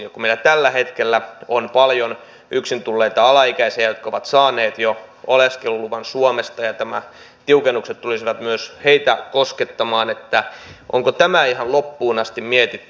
kun meillä tällä hetkellä on paljon yksin tulleita alaikäisiä jotka ovat saaneet jo oleskeluluvan suomesta ja nämä tiukennukset tulisivat myös heitä koskettamaan onko tämä ihan loppuun asti mietitty